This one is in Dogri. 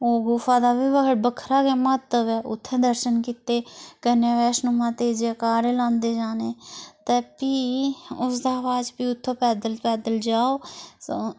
ओह् गुफा दा बी बक्खरा गै म्हत्व ऐ उत्थें दर्शन कीते कन्नै बैश्नो माता जैकारे लांदे जाने ते फ्ही उसदे बाद च फ्ही उत्थुआं पैदल पैदल जाओ स